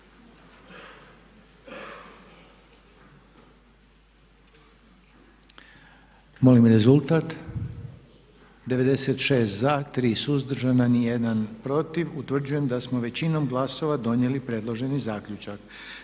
Molim rezultat. 114 za, 1 suzdržan i 9 protiv. Utvrđujem da je većinom glasova donesena odluka kako